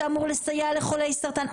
שאמור לסייע לחולי סרטן.